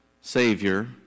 Savior